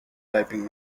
typing